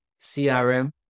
CRM